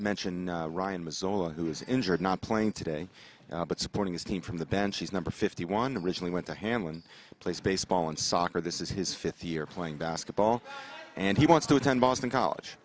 mention ryan mazola who is injured not playing today but supporting his team from the bench he's number fifty one recently went to hamlin plays baseball and soccer this is his fifth year playing basketball and he wants to attend boston college